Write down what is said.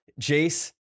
jace